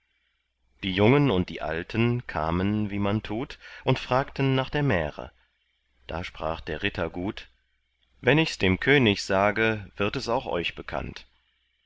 die jungen und die alten kamen wie man tut und fragten nach der märe da sprach der ritter gut wenn ichs dem könig sage wird es auch euch bekannt